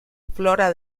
flora